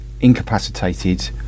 incapacitated